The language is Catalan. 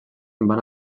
van